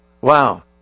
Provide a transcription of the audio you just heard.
Wow